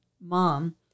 mom